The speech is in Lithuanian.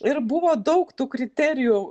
ir buvo daug tų kriterijų